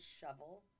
shovel